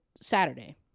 Saturday